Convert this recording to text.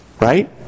Right